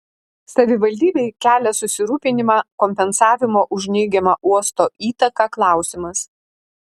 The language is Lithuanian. savivaldybei kelia susirūpinimą kompensavimo už neigiamą uosto įtaką klausimas